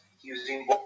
using